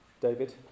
David